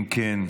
אם כן,